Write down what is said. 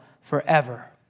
forever